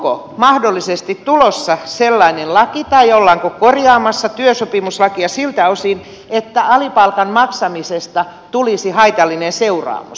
onko mahdollisesti tulossa sellainen laki tai ollaanko korjaamassa työsopimuslakia siltä osin että alipalkan maksamisesta tulisi haitallinen seuraamus